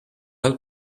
help